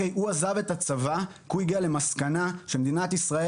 הוא עזב את הצבא כי הוא הגיע למסקנה שמדינת ישראל